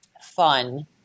fun